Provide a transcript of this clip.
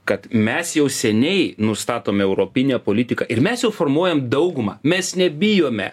kad mes jau seniai nustatom europinę politiką ir mes jau formuojam daugumą mes nebijome